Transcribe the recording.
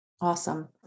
Awesome